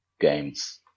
games